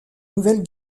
nouvelle